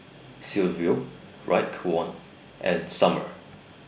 Silvio Raekwon and Summer